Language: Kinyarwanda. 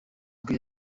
ubwe